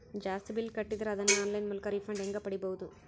ಜಾಸ್ತಿ ಬಿಲ್ ಕಟ್ಟಿದರ ಅದನ್ನ ಆನ್ಲೈನ್ ಮೂಲಕ ರಿಫಂಡ ಹೆಂಗ್ ಪಡಿಬಹುದು?